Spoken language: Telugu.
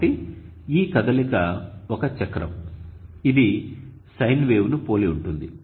కాబట్టి ఈ కదలిక ఒక చక్రం ఇది సైన్ వేవ్ని పోలి ఉంటుంది